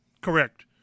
Correct